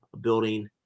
building